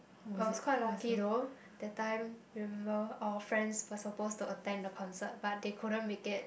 I was quite lucky though that time remember our friends was supposed to attend the concert but they couldn't make it